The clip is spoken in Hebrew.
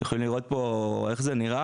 אתם יכולים לראות פה איך זה נראה,